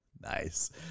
Nice